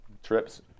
Trips